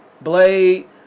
Blade